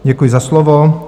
Děkuji za slovo.